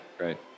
right